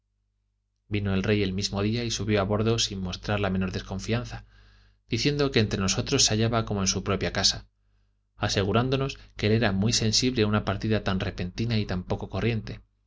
vino el rey el mismo día y subió a bordo sin mostrar la menor desconfianza diciendo que entre nosotros se hallaba como en su propia casa asegurándonos que le era muy sensible una partida tan repentina y tan poco corriente